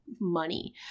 money